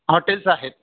hotels आहेत